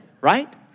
right